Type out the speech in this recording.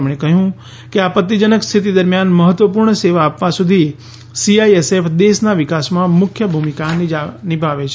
તેમણે કહ્યું કે આપત્તિજનક સ્થિતિ દરમિયાન મહત્વપૂર્ણ સેવા આપવા સુધી સીઆઈએસએફ દેશના વિકાસમાં મુખ્ય ભૂમિકા નિભાવે છે